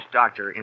doctor